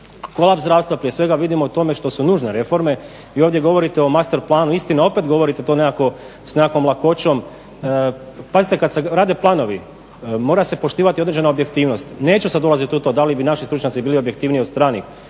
Kolaps zdravstva prije svega vidimo u tome što su nužne reforme. Vi ovdje govorite o master planu, istina opet govorite to nekako s nekakvom lakoćom. Pazite, kad se rade planovi mora se poštivati određena objektivnost. Neću sad ulaziti u to da li bi naši stručnjaci bili objektivniji od stranih.